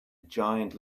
giant